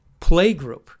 Playgroup